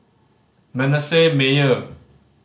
Manasseh Meyer